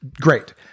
Great